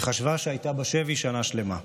וחשבה שהייתה בשבי שנה שלמה.